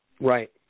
Right